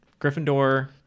Gryffindor